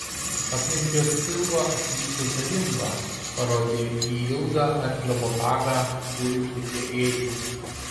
aplink jos pilvą apvyčiau tą rimbą parodė į ilgą arklio botagą gulintį prie ėdžių